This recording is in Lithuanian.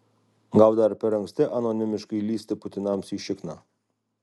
gal dar per anksti anonimiškai lįsti putinams į šikną